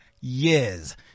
years